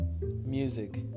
Music